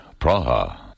Praha